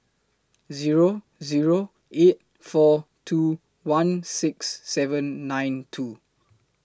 Zero Zero eight four two one six seven nine two